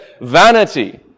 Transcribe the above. vanity